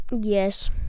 yes